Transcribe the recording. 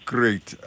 Great